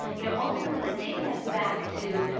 you know, ultimately, like, taking us back to,